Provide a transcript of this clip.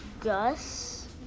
Gus